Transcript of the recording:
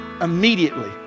Immediately